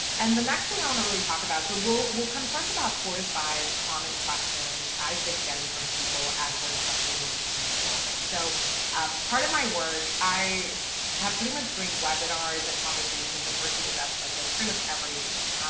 and the next thing i want to really talk about so will will confront about four to five common questions i've been getting from people as we're navigating this new normal. so shireen jaffer ah part of my work i have pretty much doing webinars and conversations and virtual events like this. pretty much every week.